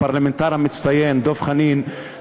הפרלמנטר המצטיין דב חנין,